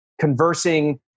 conversing